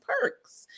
perks